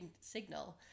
signal